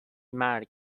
مرگ